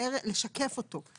לשקף אותו.